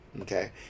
Okay